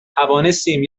توانستیم